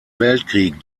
weltkrieg